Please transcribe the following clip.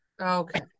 Okay